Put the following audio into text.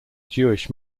jewish